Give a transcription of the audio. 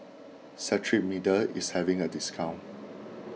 Cetrimide is having a discount